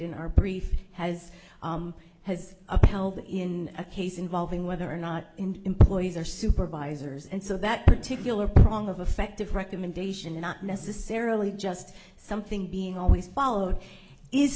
in our brief has has held in a case involving whether or not employees are supervisors and so that particular prong of affective recommendation is not necessarily just something being always followed is